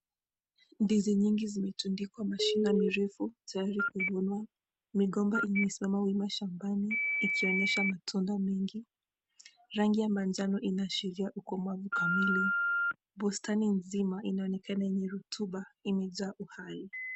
Ndizi nyingi zimetundikwa mishina mirefu tayari kuvunwa. Migomba imesimama wima shambani ikionesha matunda mengi. Rangi ya manjano inaashiria ukomavu kamili. Bustani nzima inaonekana yenye rutuba imejaa uhai.